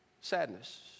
sadness